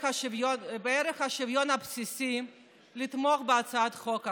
השוויון הבסיסי לתמוך בהצעת החוק הזאת,